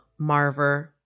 Marver